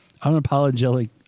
unapologetic